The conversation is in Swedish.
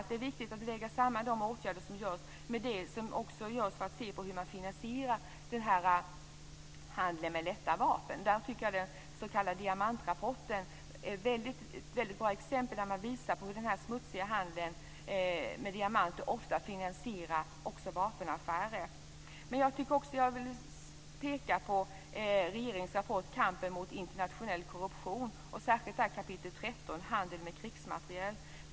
Det är viktigt att väga samman de åtgärder som görs med det som görs för att undersöka hur handeln med lätta vapen finansieras. Den s.k. diamantrapporten är ett väldigt bra exempel. Man visar hur den smutsiga handeln med diamanter ofta finansierar också vapenaffärer. Jag vill också peka på regeringens rapport Kampen mot internationell korruption, och särskilt kapitel 13 om handeln med krigsmateriel.